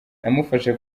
namufashe